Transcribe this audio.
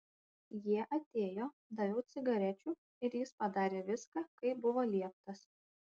jie atėjo daviau cigarečių ir jis padarė viską kaip buvo lieptas